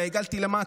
אלא עיגלתי למטה,